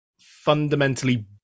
fundamentally